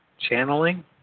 channeling